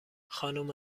خانم